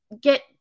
get